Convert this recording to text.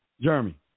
Jeremy